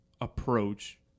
approach